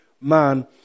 man